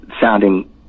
sounding